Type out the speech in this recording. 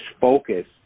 focus